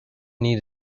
need